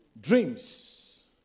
dreams